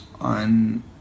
on